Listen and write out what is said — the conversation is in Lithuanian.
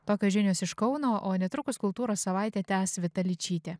tokios žinios iš kauno o netrukus kultūros savaitę tęs vita ličytė